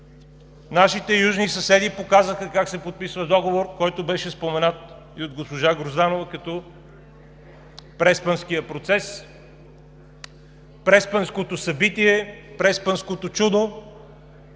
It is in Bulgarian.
нашите южни съседи показаха как се подписва договор, който беше споменат и от госпожа Грозданова като преспанския процес, преспанското събитие, преспанското чудо,